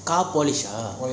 car polish ah